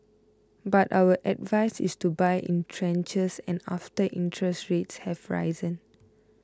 but our advice is to buy in tranches and after interest rates have risen